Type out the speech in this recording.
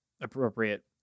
appropriate